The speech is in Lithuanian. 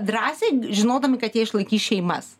drąsiai žinodami kad jie išlaikys šeimas